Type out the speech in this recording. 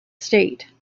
state